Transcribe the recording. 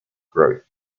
growth